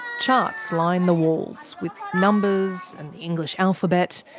charts line the walls with numbers and the english alphabet.